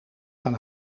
gaan